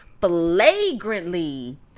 flagrantly